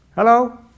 Hello